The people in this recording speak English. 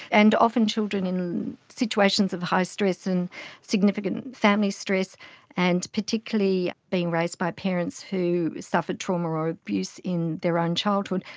and often children in situations of high stress and significant family stress and particularly being raised by parents who suffered trauma or abuse in their own childhood,